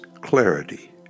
clarity